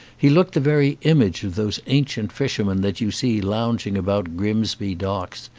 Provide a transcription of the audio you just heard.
he looked the very image of those ancient fishermen that you see lounging about grimsby docks,